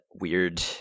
weird